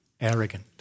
Arrogant